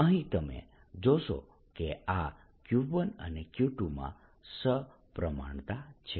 અહીં તમે જોશો કે આ Q1 અને Q2 માં સપ્રમાણતા છે